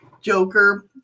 Joker